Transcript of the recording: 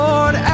Lord